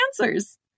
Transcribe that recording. answers